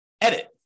edit